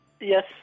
Yes